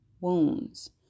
wounds